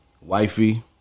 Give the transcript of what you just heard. Wifey